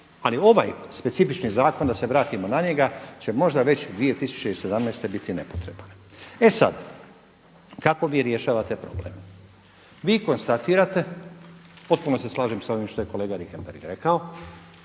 ali ovaj specifični zakon da se vratimo na njega će možda već 2017. biti nepotreban. E sad, kako vi rješavate problem? Vi konstatirate, potpuno se slažem sa ovim što je kolega Richembergh rekao